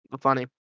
funny